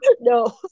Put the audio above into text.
No